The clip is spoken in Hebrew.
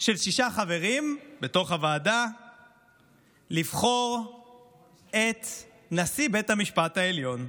של שישה חברים בוועדה לבחור את נשיא בית המשפט העליון.